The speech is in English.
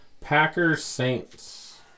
Packers-Saints